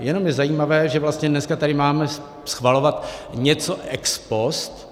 Jenom je zajímavé, že vlastně dneska tady máme schvalovat něco ex post.